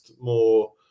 more